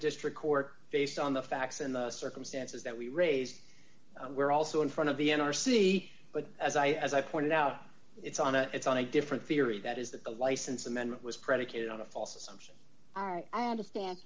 district court based on the facts and circumstances that we raised were also in front of the n r c but as i as i pointed out it's on a it's on a different theory that is that the license amendment was predicated on a false assumption i understand